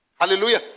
Hallelujah